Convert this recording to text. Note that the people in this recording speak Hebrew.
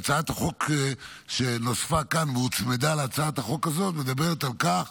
הצעת החוק שנוספה כאן והוצמדה להצעת החוק הזאת מדברת על כך